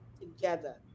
together